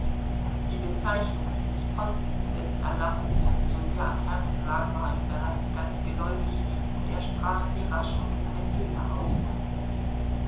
die bezeichnung dieses postens dessen erlangung ihm sosehr am herzen lag war ihm bereits ganz geläufig und er sprach sie rasch und ohne fehler aus